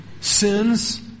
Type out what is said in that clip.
sins